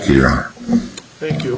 you thank you